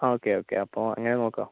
ആ okay okay അപ്പോൾ അങ്ങനെ നോക്കാം